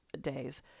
days